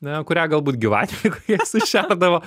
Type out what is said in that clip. na kurią galbūt gyvatei kokiai sušerdavo